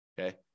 Okay